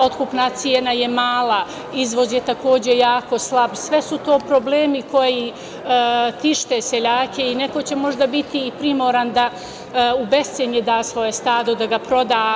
Otkupna cena je mala, izvoz je takođe jako slab, sve su to problemi koji tište seljake i neko će možda biti i primoran da u bescenje da svoje stado, da ga proda.